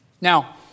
Now